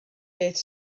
beth